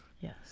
Yes